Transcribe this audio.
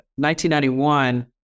1991